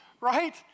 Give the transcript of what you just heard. Right